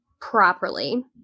properly